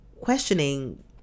questioning